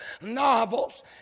novels